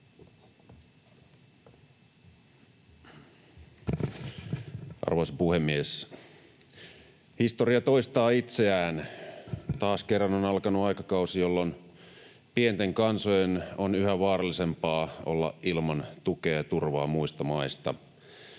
Arvoisa puhemies! Historia toistaa itseään. Taas kerran on alkanut aikakausi, jolloin pienten kansojen on yhä vaarallisempaa olla ilman tukea ja turvaa muista maista.